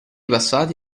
passati